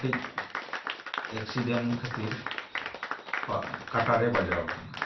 ᱠᱟᱹᱴᱤᱡ ᱮᱠᱥᱤᱰᱮᱱᱴ ᱠᱷᱟᱹᱛᱤᱨ ᱠᱟᱴᱟᱨᱮᱭ ᱵᱟᱡᱟᱣ ᱟᱠᱟᱱᱟ